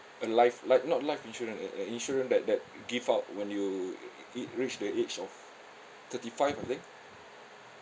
a life like not life insurance uh uh insurance that that give out when you it~ reach the age of thirty-five I think